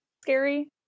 scary